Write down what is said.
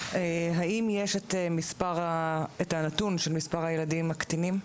האם יש הנתון של מספר הילדים הקטינים?